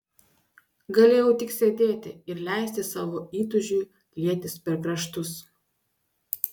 galėjau tik sėdėti ir leisti savo įtūžiui lietis per kraštus